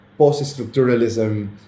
post-structuralism